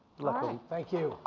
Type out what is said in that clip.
luck. thank you.